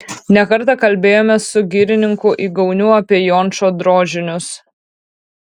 ne kartą kalbėjomės su girininku igauniu apie jončo drožinius